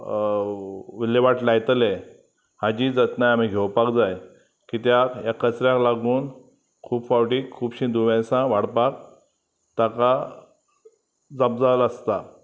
विल्लेवाट लायतले हाची जतनाय आमी घेवपाक जाय कित्याक ह्या कचऱ्याक लागून खूब फावटी खुबशीं दुयेंसां वाडपाक ताका जपजल आसता